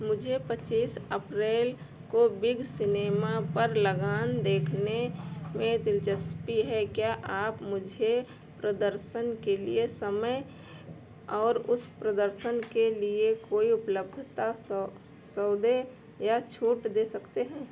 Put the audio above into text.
मुझे पच्चीस अप्रैल को बिग सिनेमा पर लगान देखने में दिलचस्पी है क्या आप मुझे प्रदर्शन के लिए समय और उस प्रदर्शन के लिए कोई उपलब्धता सौदे या छूट दे सकते हैं